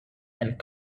and